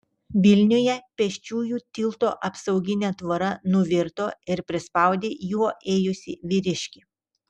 vilniuje pėsčiųjų tilto apsauginė tvora nuvirto ir prispaudė juo ėjusį vyriškį